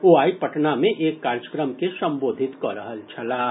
ओ आइ पटना मे एक कार्यक्रम के संबोधित कऽ रहल छलाह